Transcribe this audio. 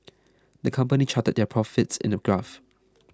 the company charted their profits in a graph